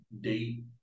date